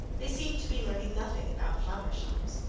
they seemed to be learning nothing about flower shops.